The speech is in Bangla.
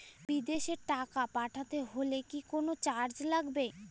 বিদেশের ব্যাংক এ টাকা পাঠাতে হলে কি কোনো চার্জ লাগবে?